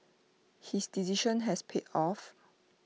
his decision has paid off